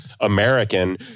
American